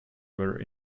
were